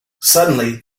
suddenly